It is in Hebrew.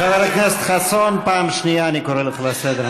חבר הכנסת חסון, פעם שנייה אני קורא אותך לסדר.